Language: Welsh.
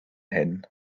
hyn